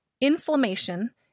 inflammation